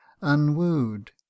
unwooed